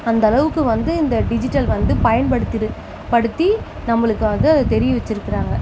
அந்த அளவுக்கு வந்து இந்த டிஜிட்டல் வந்து பயன்படுத்து படுத்தி நம்மளுக்கு வந்து அத தெரிய வச்சிருக்கிறாங்க